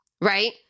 right